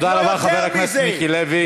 תודה רבה, חבר הכנסת מיקי לוי.